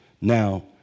Now